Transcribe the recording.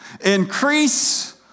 Increase